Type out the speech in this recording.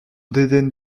dédaigne